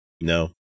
no